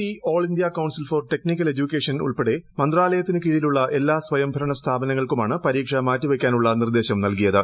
C all India council for technical education ഉൾപ്പെടെ മന്ത്രാലയത്തിനു കീഴിലുള്ള എല്ലാ സ്ഥാപനങ്ങൾക്കുമാണ് സ്വയംഭരണ പരീക്ഷ മാറ്റി വയ്ക്കാനുള്ള നിർദ്ദേശം നൽകിയത്